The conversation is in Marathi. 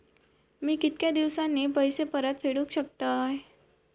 मी कीतक्या दिवसांनी पैसे परत फेडुक शकतय?